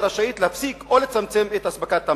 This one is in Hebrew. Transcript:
רשאית להפסיק או לצמצם את אספקת המים.